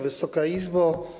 Wysoka Izbo!